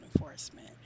enforcement